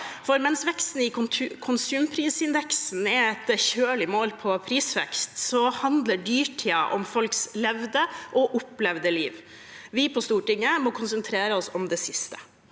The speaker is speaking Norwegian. mens veksten i konsumprisindeksen er et kjølig mål på prisvekst, så handler dyrtiden om folks levde og opplevde liv. Vi på Stortinget må konsentrere oss om det siste: